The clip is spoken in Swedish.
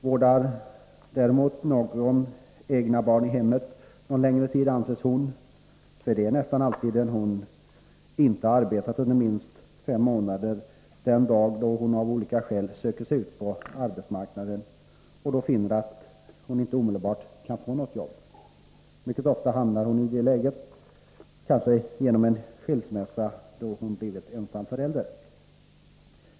Vårdar däremot någon egna barn i hemmet en längre tid anses hon — det är nästan alltid en kvinna — inte ha arbetat under minst fem månader den dag när hon av olika skäl söker sig ut på arbetsmarknaden och då finner att hon inte omedelbart kan få något arbete. Mycket ofta råkar hon i en sådan situation. Kanske har hon på grund av skilsmässa blivit ensam förälder.